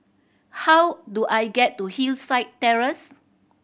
how do I get to Hillside Terrace